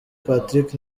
patrick